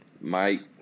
Mike